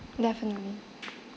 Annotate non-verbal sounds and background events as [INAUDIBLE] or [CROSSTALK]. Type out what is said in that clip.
definitely [NOISE]